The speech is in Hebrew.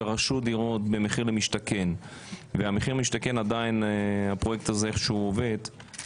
שרכשו דירות במחיר למשתכן ועדיין הפרויקט הזה איכשהו עובד,